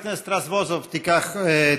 בבקשה, חבר הכנסת רזבוזוב, תפתח,